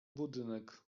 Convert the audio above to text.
budynek